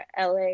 LA